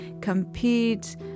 compete